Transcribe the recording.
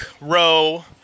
row